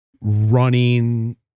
running